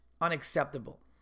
Unacceptable